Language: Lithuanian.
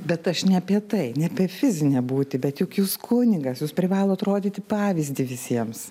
bet aš ne apie tai ne apie fizinę būtį bet juk jūs kunigas jūs privalot rodyti pavyzdį visiems